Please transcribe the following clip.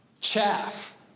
chaff